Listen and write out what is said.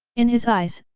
in his eyes,